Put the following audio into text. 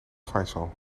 faisal